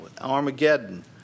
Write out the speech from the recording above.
Armageddon